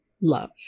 love